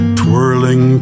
twirling